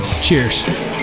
Cheers